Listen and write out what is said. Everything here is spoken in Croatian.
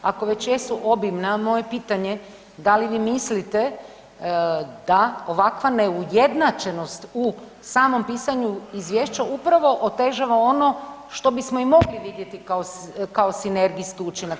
Ako već jesu obimne, a moje pitanje da li vi mislite da ovakva neujednačenost u samom pisanju izvješća upravo otežava ono što bismo i mogli vidjeti kao, kao sinergijski učinak.